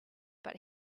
but